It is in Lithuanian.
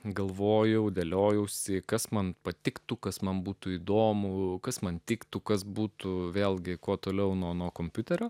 galvojau dėliojausi kas man patiktų kas man būtų įdomu kas man tiktų kas būtų vėlgi kuo toliau nuo kompiuterio